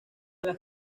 las